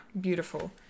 beautiful